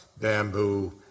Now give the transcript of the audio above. bamboo